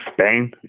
Spain